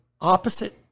opposite